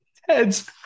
Heads